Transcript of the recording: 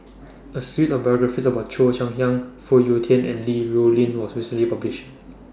A series of biographies about Cheo Chai Hiang Phoon Yew Tien and Li Rulin was recently published